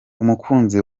umukunzi